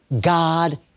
God